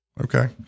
Okay